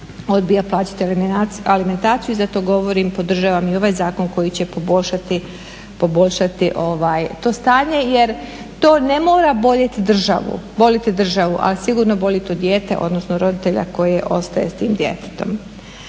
odbija plaćati alimentaciju i zato govorim, podražavam i ovaj zakon koji će poboljšati to stanje jer to ne mora boljeti državu, boliti državu ali sigurno boli to dijete odnosno roditelja koji ostaje s tim djetetom.